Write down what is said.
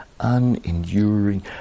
unenduring